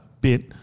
bit